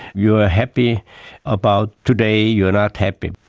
you are happy about today, you are not happy,